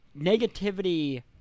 negativity